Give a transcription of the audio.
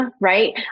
right